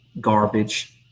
garbage